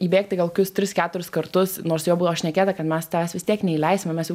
įbėgti gal kokius tris keturis kartus nors jau buvo šnekėta kad mes tavęs vis tiek neįleisim ir mes jau